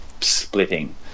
splitting